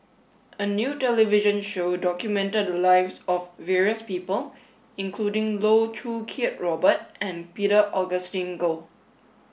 a new television show documented the lives of various people including Loh Choo Kiat Robert and Peter Augustine Goh